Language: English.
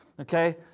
Okay